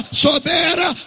sobera